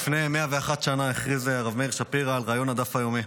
לפני 101 שנה הכריז הרב מאיר שפירא על רעיון הדף היומי.